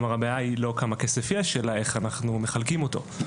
כלומר הבעיה היא לא כמה כסף יש אלא איך אנחנו מחלקים אותו.